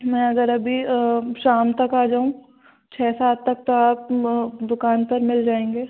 मैं अगर अभी शाम तक आ जाऊँ छः सात तक तो आप दुकान पर मिल जाएंगे